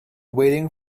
waiting